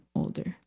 older